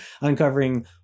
uncovering